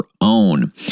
own